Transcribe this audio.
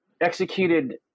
executed